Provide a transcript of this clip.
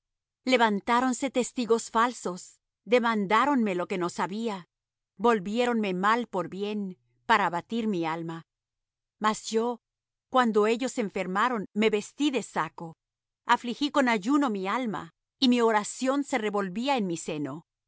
despoja levantáronse testigos falsos demandáronme lo que no sabía volviéronme mal por bien para abatir á mi alma mas yo cuando ellos enfermaron me vestí de saco afligí con ayuno mi alma y mi oración se revolvía en mi seno